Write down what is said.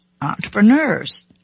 entrepreneurs